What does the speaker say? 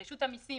רשות המיסים